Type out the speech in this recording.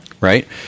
Right